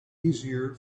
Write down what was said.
easier